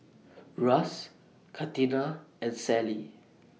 Russ Catina and Sally